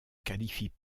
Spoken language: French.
qualifient